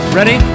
ready